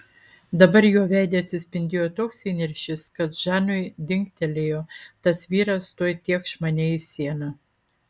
dabar jo veide atsispindėjo toks įniršis kad žanui dingtelėjo tas vyras tuoj tėkš mane į sieną